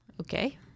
Okay